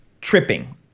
tripping